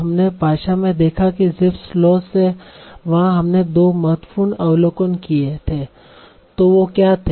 हमने भाषा में देखा की Zipf's लॉ से वहा हमने 2 महत्वपूर्ण अवलोकन किये थे तों वो क्या थे